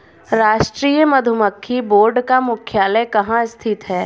राष्ट्रीय मधुमक्खी बोर्ड का मुख्यालय कहाँ स्थित है?